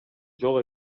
жок